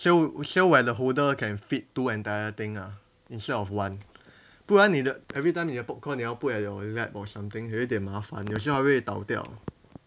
so so that the holder can fit two entire thing ah instead of one 不让你的 everytime 你的 popcorn 你要 at your lap or something 有点麻烦有时候它会倒掉